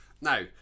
Now